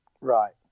right